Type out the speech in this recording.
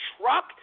truck